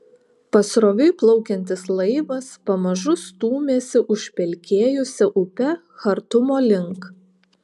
pasroviui plaukiantis laivas pamažu stūmėsi užpelkėjusia upe chartumo link